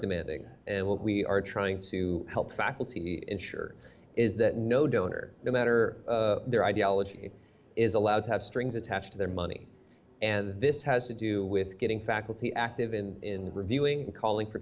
demanding and what we are trying to help faculty ensure is that no donor no matter their ideology is allowed to have strings attached to their money and this has to do with getting faculty active in reviewing and calling for